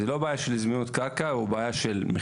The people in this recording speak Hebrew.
זו לא בעיה של זמינות קרקע או בעיה במחירים,